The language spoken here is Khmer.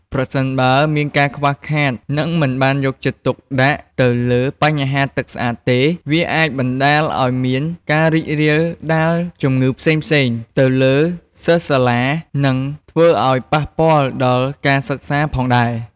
ប្រសិនបើ មានការខ្វះខាតនិងមិនបានយកចិត្តទុកដាក់ទៅលើបញ្ហាទឹកស្អាតទេ វាអាចបណ្តាលឲ្យមានការរីករាលដាលជម្ងឺផ្សេងៗទៅលើសិស្សសាលានិងធ្វើឲ្យប៉ះពាល់ដល់ការសិក្សាផងដែរ។